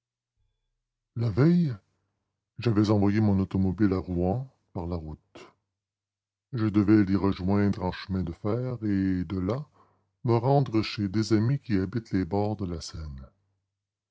la veille j'avais envoyé mon automobile à rouen par la route je devais l'y rejoindre en chemin de fer et de là me rendre chez des amis qui habitent les bords de la seine